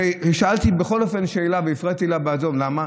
שאלתי בכל אופן שאלה, והפרעתי לה, למה?